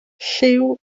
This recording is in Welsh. lliw